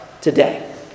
today